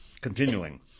Continuing